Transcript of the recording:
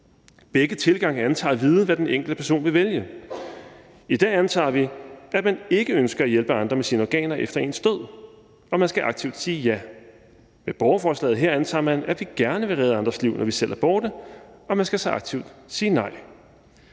Begge tilgange antager at vide, hvad den enkelte person vil vælge. I dag antager vi, at man ikke ønsker at hjælpe andre med sine organer efter ens død, og man skal aktivt sige ja; med borgerforslaget her antager vi, at man gerne vil redde andres liv, når man selv er borte, og man skal så aktivt sige nej.